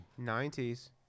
90s